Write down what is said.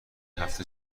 هفته